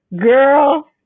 girl